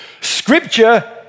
Scripture